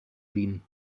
wien